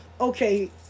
okay